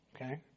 okay